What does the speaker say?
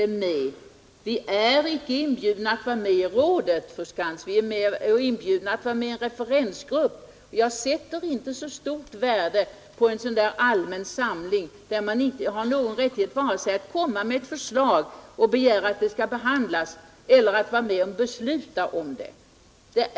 Diabetikerna är inte inbjudna att vara med i rådet, fru Skantz. Man är bara inbjuden att vara med i en referensgrupp. Jag sätter inte så stort värde på en allmän samling, där man inte har någon rättighet vare sig att komma med ett förslag och begära att det skall behandlas eller att vara med och besluta om det.